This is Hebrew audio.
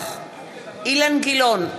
נוכח אילן גילאון,